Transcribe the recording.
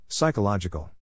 Psychological